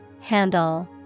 Handle